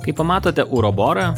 kai pamatote uraborą